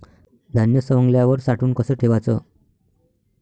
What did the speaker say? धान्य सवंगल्यावर साठवून कस ठेवाच?